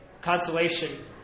consolation